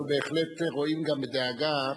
אנחנו בהחלט רואים גם בדאגה,